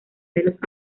pelos